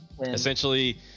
essentially